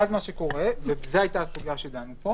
זו הייתה הסוגיה שדנו פה